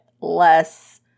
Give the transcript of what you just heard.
less